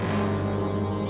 oh